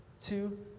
two